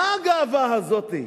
מה הגאווה הזאת?